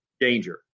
danger